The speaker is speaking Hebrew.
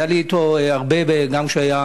היה לי אתו הרבה, גם כשהוא היה